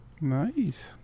Nice